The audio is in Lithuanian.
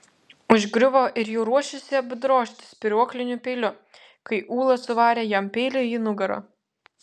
užgriuvo ir jau ruošėsi apdrožti spyruokliniu peiliu kai ula suvarė jam peilį į nugarą